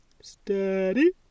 Steady